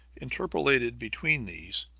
interpolated between these,